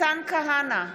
מתן כהנא,